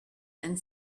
and